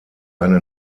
eine